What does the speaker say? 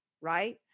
right